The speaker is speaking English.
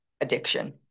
addiction